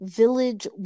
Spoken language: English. village